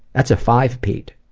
that's a five pete.